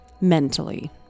mentally